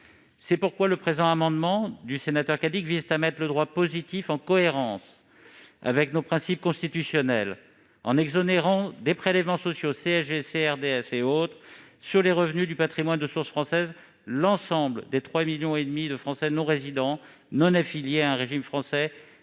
la loi fiscale. Cet amendement du sénateur Cadic vise donc à mettre le droit positif en cohérence avec nos principes constitutionnels en exonérant de prélèvements sociaux- CSG, CRDS et autres -sur les revenus du patrimoine de source française l'ensemble des 3,5 millions de Français non résidents non affiliés à un régime français